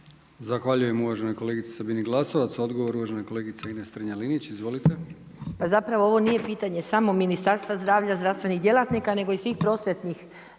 Zahvaljujem uvaženoj kolegici Sabini Glasovac. Odgovor uvažene kolegice Ines Strenja-Linić. Izvolite.